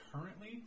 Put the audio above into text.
currently